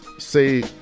Say